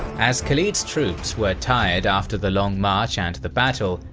as khalid's troops were tired after the long march and the battle,